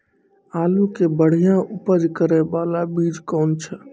आलू के बढ़िया उपज करे बाला बीज कौन छ?